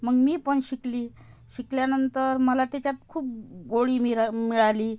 मग मी पण शिकली शिकल्यानंतर मला त्याच्यात खूप गोडी मिरा मिळाली